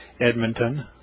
Edmonton